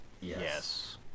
Yes